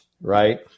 right